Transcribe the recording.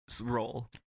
roll